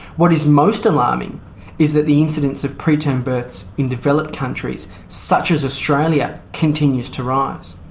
what is most alarming is that the incidence of preterm births in developed countries such as australia continues to rise.